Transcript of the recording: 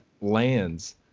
lands